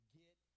get